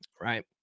right